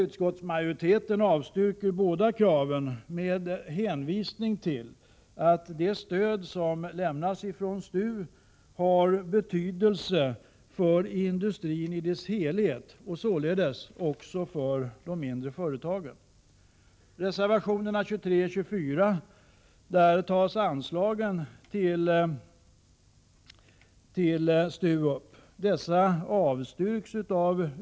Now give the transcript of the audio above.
Utskottsmajoriteten avstyrker båda kraven med hänvisning till att det stöd som lämnas av STU har betydelse för industrin i dess helhet, således också för de mindre företagen. I reservationerna 23 och 24 tas anslagen till STU upp.